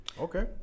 Okay